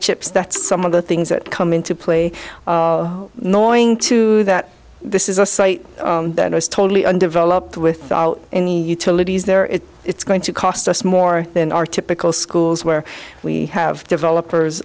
chips that some of the things that come into play knowing too that this is a site that is totally undeveloped without any utilities there if it's going to cost us more than our typical schools where we have developers